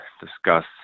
discuss